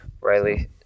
Riley